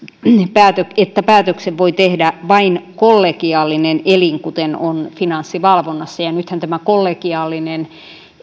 että päätöksen voi tehdä vain kollegiaalinen elin kuten on finanssivalvonnassa nythän tämä kollegiaalinen